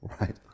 Right